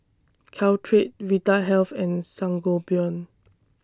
Caltrate Vitahealth and Sangobion